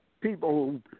people